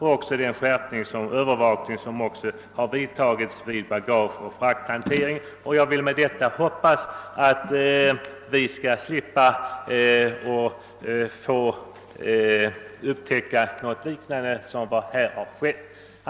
Härutöver har flygbolagen själva vidtagit åtgärder för att skärpa övervakningen vid den egna bagageoch frakthanteringen.» Jag vill verkligen hoppas att vi härigenom i fortsättningen skall slippa göra nya upptäckter av liknande förhållanden som nu förekommit.